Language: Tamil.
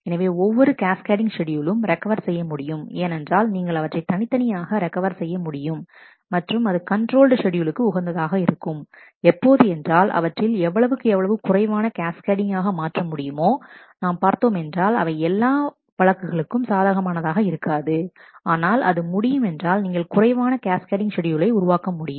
எனவே ஒவ்வொரு கேஸ்கேடிங் ஷெட்யூலும் ரெக்கவர் செய்ய முடியும் ஏனென்றால் நீங்கள் அவற்றை தனித்தனியாக ரெக்கவர் செய்ய முடியும் மற்றும் அது கண்ட்ரோல்டு ஷெட்யூலுக்கு உகந்ததாக இருக்கும் எப்போது என்றால் அவற்றில் எவ்வளவுக்கு எவ்வளவு குறைவான கேஸ்கேடிங் ஆக மாற்ற முடியுமோ நாம் பார்த்தோமென்றால் அவை எல்லா வழக்குகளுக்கும் சாதகமானதாக இருக்காது ஆனால் அது முடியும் என்றால் நீங்கள் குறைவான கேஸ்கேடிங் ஷெட்யூலை உருவாக்க முடியும்